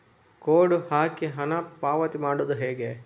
Code ಹಾಕಿ ಹಣ ಪಾವತಿ ಮಾಡೋದು ಹೇಗೆ?